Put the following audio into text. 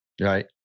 Right